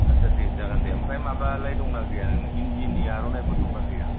आस्सा दे जागोन दे ओमफ्राय माबालाय दंना गैया इन्दिनि आरनाइफोर दं ना गैया